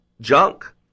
junk